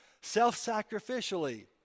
self-sacrificially